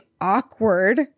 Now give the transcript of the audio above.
awkward